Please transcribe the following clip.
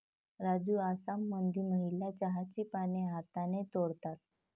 राजू आसाममधील महिला चहाची पाने हाताने तोडतात